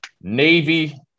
Navy